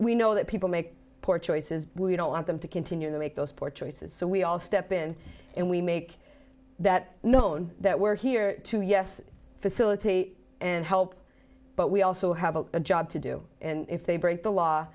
we know that people make poor choices we don't want them to continue to make those poor choices so we all step in and we make that known that we're here to yes facilitate and help but we also have a job to do and if they break the law